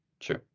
Sure